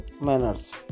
manners